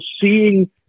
seeing